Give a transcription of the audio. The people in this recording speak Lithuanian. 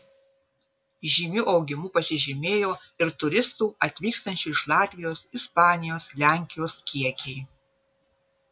žymiu augimu pasižymėjo ir turistų atvykstančių iš latvijos ispanijos lenkijos kiekiai